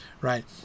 right